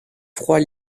froid